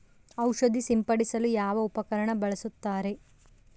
ಔಷಧಿ ಸಿಂಪಡಿಸಲು ಯಾವ ಉಪಕರಣ ಬಳಸುತ್ತಾರೆ?